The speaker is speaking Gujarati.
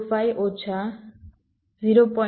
05 ઓછા 0